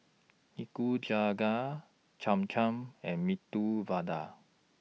Nikujaga Cham Cham and Medu Vada